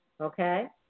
Okay